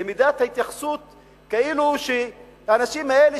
למידת ההתייחסות כאילו שהאנשים האלה,